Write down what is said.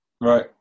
Right